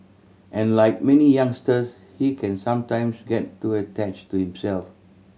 and like many youngsters he can sometimes get too attached to himself